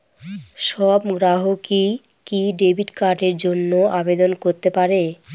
সব গ্রাহকই কি ডেবিট কার্ডের জন্য আবেদন করতে পারে?